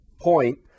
point